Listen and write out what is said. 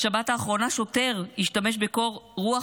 בשבת האחרונה שוטר השתמש בקור רוח